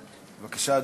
בבקשה.